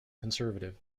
conservative